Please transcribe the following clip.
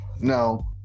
No